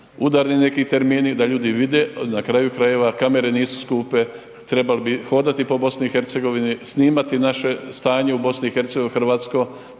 udarni neki termini da ljudi vide, na kraju krajeva kamere nisu skupe, trebali bi hodati po BiH, snimati naše stanje u BiH hrvatsko